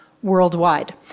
worldwide